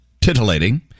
titillating